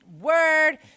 Word